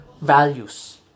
values